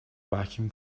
vacuum